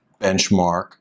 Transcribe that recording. Benchmark